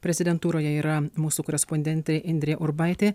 prezidentūroje yra mūsų korespondentė indrė urbaitė